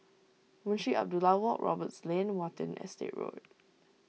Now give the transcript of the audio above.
Munshi Abdullah Walk Roberts Lane Watten Estate Road